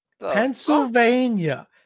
Pennsylvania